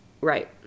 Right